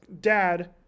dad